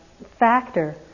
factor